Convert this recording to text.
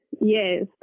Yes